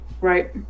Right